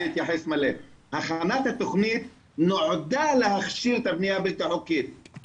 הכנת התכנית נועדה להכשיר את הבנייה הבלתי חוקית,